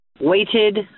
Weighted